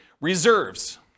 reserves